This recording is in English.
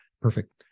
perfect